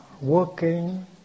working